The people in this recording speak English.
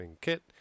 kit